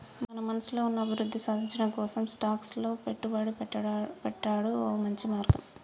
మన మనసులో ఉన్న అభివృద్ధి సాధించటం కోసం స్టాక్స్ లో పెట్టుబడి పెట్టాడు ఓ మంచి మార్గం